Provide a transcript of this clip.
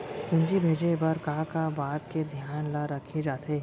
पूंजी भेजे बर का का बात के धियान ल रखे जाथे?